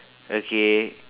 okay